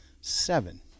Seven